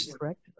correct